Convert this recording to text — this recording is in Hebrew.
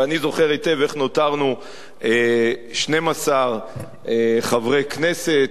ואני זוכר היטב איך נותרנו 12 חברי כנסת,